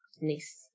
Nice